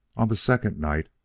on the second night,